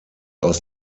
aus